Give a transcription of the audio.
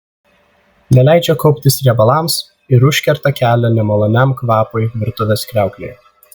neleidžia kauptis riebalams ir užkerta kelią nemaloniam kvapui virtuvės kriauklėje